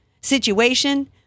situation